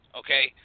okay